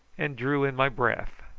and drew in my breath,